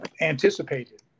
anticipated